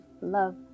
love